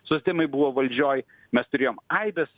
socdemai buvo valdžioj mes turėjom aibes